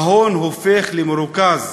ההון הופך למרוכז